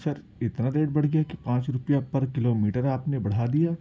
سر اتنا ریٹ بڑھ گیا کہ پانچ روپیہ پر کلو میٹر آپ نے بڑھا دیا